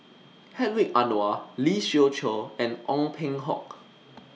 Hedwig Anuar Lee Siew Choh and Ong Peng Hock